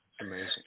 Amazing